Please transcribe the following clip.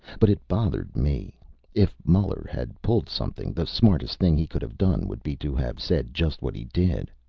but it bothered me if muller had pulled something, the smartest thing he could have done would be to have said just what he did.